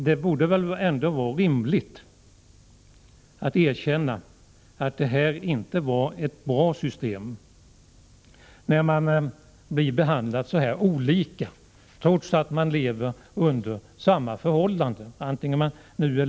Det borde väl ändå vara rimligt att erkänna att det här inte är ett bra system när människor blir så olika behandlade trots att de lever under samma förhållanden.